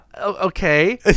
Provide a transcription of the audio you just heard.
Okay